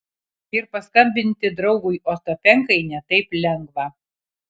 ir paskambinti draugui ostapenkai ne taip lengva